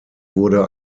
wurde